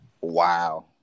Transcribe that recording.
Wow